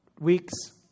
weeks